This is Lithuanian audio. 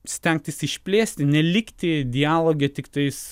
stengtis išplėsti nelikti dialoge tiktais